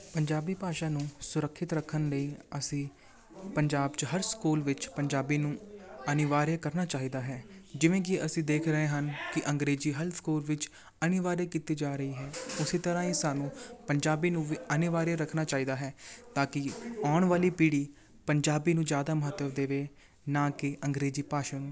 ਪੰਜਾਬੀ ਭਾਸ਼ਾ ਨੂੰ ਸੁਰੱਖਿਅਤ ਰੱਖਣ ਲਈ ਅਸੀਂ ਪੰਜਾਬ 'ਚ ਹਰ ਸਕੂਲ ਵਿੱਚ ਪੰਜਾਬੀ ਨੂੰ ਅਨਿਵਾਰਿਆ ਕਰਨਾ ਚਾਹੀਦਾ ਹੈ ਜਿਵੇਂ ਕਿ ਅਸੀਂ ਦੇਖ ਰਹੇ ਹਨ ਕਿ ਅੰਗਰੇਜ਼ੀ ਹਰ ਸਕੂਲ ਵਿੱਚ ਅਨਿਵਾਰਿਆ ਕੀਤੀ ਜਾ ਰਹੀ ਹੈ ਉਸੀ ਤਰ੍ਹਾਂ ਹੀ ਸਾਨੂੰ ਪੰਜਾਬੀ ਨੂੰ ਵੀ ਅਨਿਵਾਰਿਆ ਰੱਖਣਾ ਚਾਹੀਦਾ ਹੈ ਤਾਂ ਕਿ ਆਉਣ ਵਾਲੀ ਪੀੜ੍ਹੀ ਪੰਜਾਬੀ ਨੂੰ ਜ਼ਿਆਦਾ ਮਹੱਤਵ ਦੇਵੇ ਨਾ ਕਿ ਅੰਗਰੇਜ਼ੀ ਭਾਸ਼ਾ ਨੂੰ